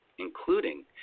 including